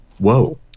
Whoa